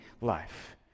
life